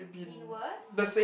been worse